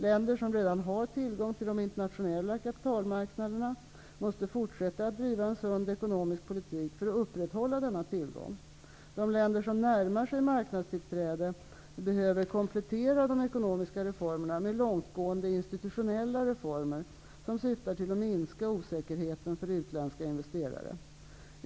Länder som redan har tillgång till de internationella kapitalmarknaderna måste fortsätta att driva en sund ekonomisk politik för att upprätthålla denna tillgång. De länder som närmar sig marknadstillträde behöver komplettera de ekonomiska reformerna med långtgående institutionella reformer som syftar till att minska osäkerheten för utländska investerare.